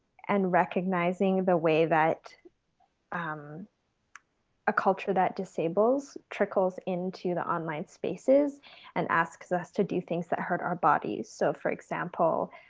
and recognizing the way that um a culture that disables trickles into the online spaces and asks us to do things that hurt our bodies. so, for example,